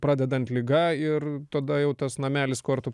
pradedant liga ir tada jau tas namelis kortų